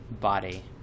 body